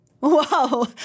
Wow